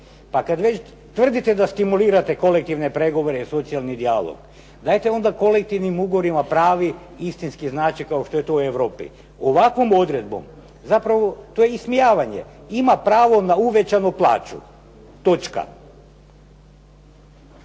Pa kada već tvrdite da stimulirate kolektivne pregovore i socijalni dijalog pa dajte onda kolektivnim ugovorima pravi istinski značaj kao što je to u Europi, ovakvom odredbom to je ismijavanje ima pravo na uvećanu plaću.